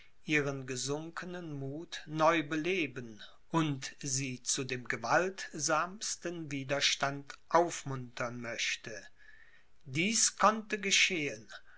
ihren gesunkenen muth neu beleben und sie zu dem gewaltsamsten widerstand aufmuntern möchte dies konnte geschehen